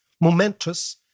momentous